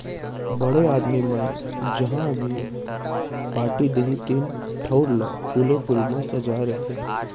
बड़े आदमी मन जहॉं भी पारटी देहीं तेन ठउर ल फूले फूल म सजाय रथें